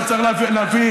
תמשיך להפריע לי.